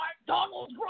McDonald's